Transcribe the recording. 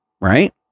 right